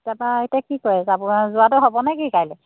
তাৰপৰা এতিয়া কি কৰে যাব যোৱাটো হ'বনে কি কাইলৈ